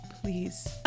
Please